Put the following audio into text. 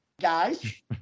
Guys